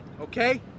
okay